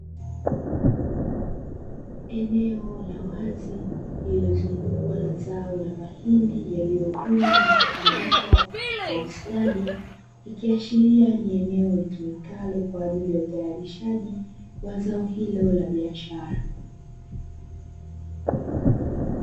Eneo la wazi lililozungukwa na zao la mahindi yaliyovunwa na kutundikwa kwa ustadi, ikiashiria ni eneo litumikalo kwa ajili ya utayarishaji wa zao hilo la biashara.